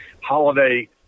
holiday